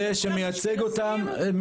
לא.